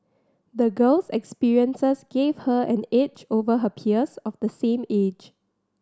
the girl's experiences gave her an edge over her peers of the same age